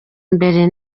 imbere